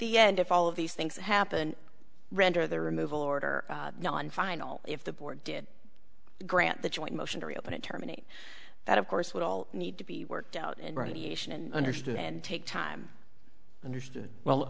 the end of all of these things happen render the removal order on final if the board did grant the joint motion to reopen it terminate that of course would all need to be worked out and radiation understood and take time understood well